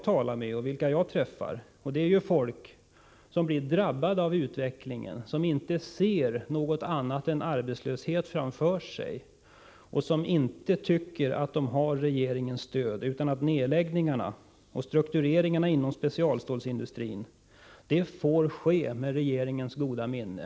För min del träffar och talar jag med folk som blir drabbade av utvecklingen, som inte ser något annat än arbetslöshet framför sig och som inte tycker att de har regeringens stöd utan att nedläggningarna och struktureringarna inom specialstålsindustrin får ske med regeringens goda minne.